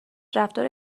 رفتار